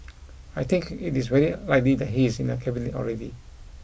I think it is very likely that he is in the Cabinet already